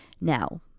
Now